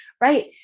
right